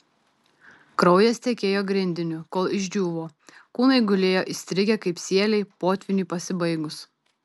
kraujas tekėjo grindiniu kol išdžiūvo kūnai gulėjo įstrigę kaip sieliai potvyniui pasibaigus